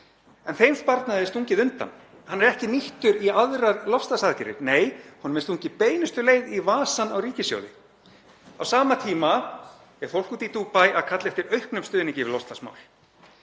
en þeim sparnaði er stungið undan. Hann er ekki nýttur í aðrar loftslagsaðgerðir. Nei, honum er stungið beinustu leið í vasann á ríkissjóði. Á sama tíma er fólk úti í Dúbaí að kalla eftir auknum stuðningi við loftslagsmál.